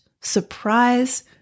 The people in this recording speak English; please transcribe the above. surprise